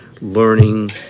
learning